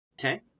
Okay